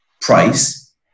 price